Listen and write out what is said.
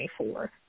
24